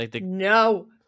No